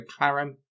McLaren